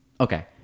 okay